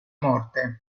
morte